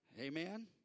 Amen